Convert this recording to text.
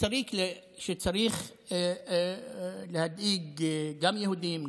שצריך להדאיג גם יהודים,